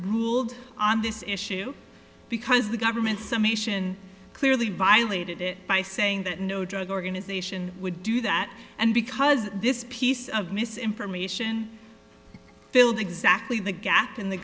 ruled on this issue because the government some ation clearly violated it by saying that no drug organization would do that and because this piece of misinformation filled exactly the gap in the